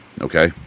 okay